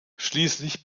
schließlich